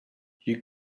you